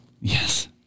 yes